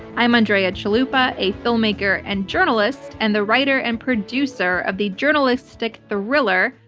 i'm andrea chalupa, a filmmaker and journalist and the writer and producer of the journalistic thriller,